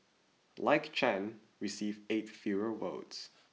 like Chen received eight fewer votes